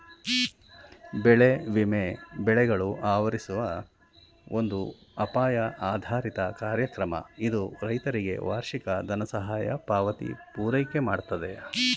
ಬೆಳೆ ವಿಮೆ ಬೆಳೆಗಳು ಆವರಿಸುವ ಒಂದು ಅಪಾಯ ಆಧಾರಿತ ಕಾರ್ಯಕ್ರಮ ಇದು ರೈತರಿಗೆ ವಾರ್ಷಿಕ ದನಸಹಾಯ ಪಾವತಿ ಪೂರೈಕೆಮಾಡ್ತದೆ